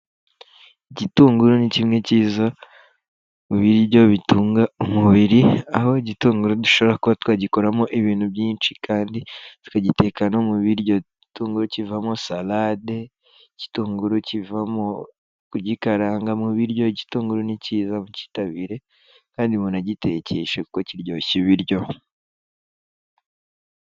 Igitunguru ni kimwe kiza, mu biriryo bitunga umubiri. Aho igitunguru dushobora kuba twagikoramo ibintu byinshi kandi, tukagiteka mu biryo. Itunguru kivamo salade, ikitunguru kivamo, kugikaranga mu biryo, igitunguru nicyiza mukitabire, kandi munagitekeshe kuko kiryoshya ibiryo.